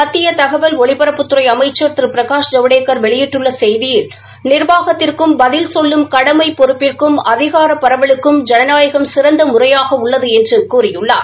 மத்திய தகவல் ஒலிபரப்புத்துறை அமைச்சர் திரு பிரகாஷ் ஜவடேக்கர் வெளியிட்டுள்ள செய்தியில் நிர்வாகத்திற்கும் பதில் சொல்லும் கடமை பொறுப்பிற்கும் அதிகார பரவலுக்கும் ஜனநாயகம் சிறந்த முறையாக உள்ளது என்று கூறியுள்ளார்